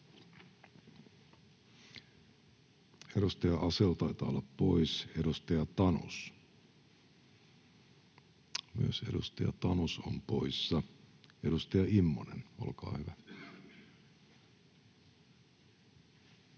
Edustaja Asell, poissa. Edustaja Tanus, myös poissa. — Edustaja Immonen, olkaa hyvä.